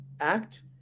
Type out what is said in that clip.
act